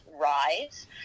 rise